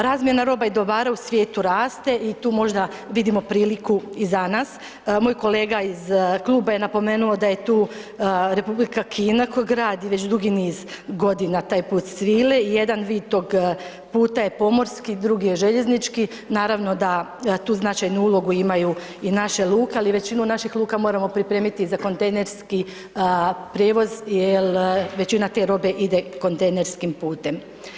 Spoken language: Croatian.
Razmjena roba i dobara u svijetu raste i tu možda vidimo priliku i za nas, moj kolega iz kluba je napomenuo da je tu Republika Kina koja gradi već dugi niz godina taj put svile i jedan vid tog puta je pomorski, drugi je željeznički, naravno da tu značajnu ulogu imaju i naše luke, ali većinu naših luka moramo pripremiti za kontejnerski prijevoz jel većina te robe ide kontejnerskim putem.